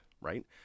right